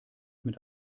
mit